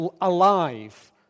alive